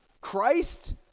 Christ